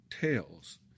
tales